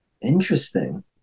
Interesting